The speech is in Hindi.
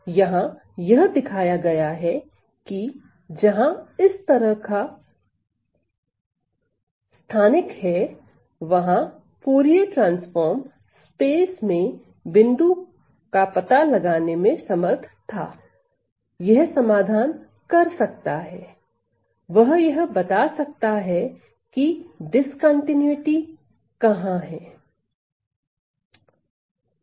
तो यहां यह दिखाया गया है की जहां इस तरह का स्थानिक है वहां फूरिये ट्रांसफार्म स्पेस में बिंदु पता लगाने में समर्थ था यह समाधान कर सकता है वह यह बता सकता है कि असांतत्यता कहां है